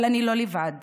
אבל אני לא לבד,